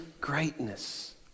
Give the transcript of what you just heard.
greatness